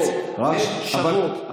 לא, הן לא.